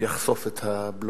יחשוף את הבלוף,